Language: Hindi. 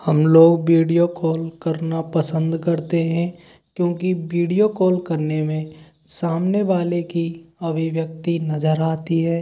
हम लोग बीडियो कॉल करना पसंद करते हें क्योंकि बीडियो कॉल करने में सामने वाले की अभिव्यक्ति नज़र आती है